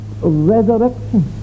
resurrection